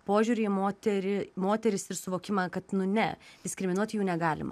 požiūrį į moterį moteris ir suvokimą kad nu ne diskriminuot jų negalima